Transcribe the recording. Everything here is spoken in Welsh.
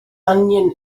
angen